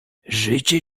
życie